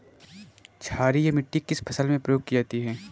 क्षारीय मिट्टी किस फसल में प्रयोग की जाती है?